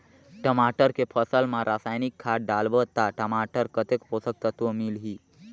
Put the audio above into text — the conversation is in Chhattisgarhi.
टमाटर के फसल मा रसायनिक खाद डालबो ता टमाटर कतेक पोषक तत्व मिलही?